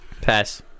Pass